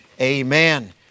Amen